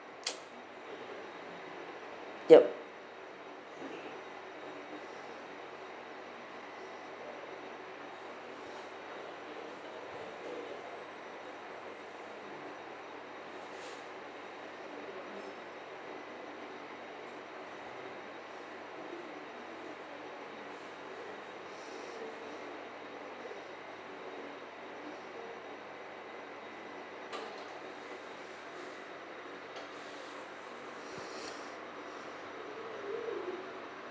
ya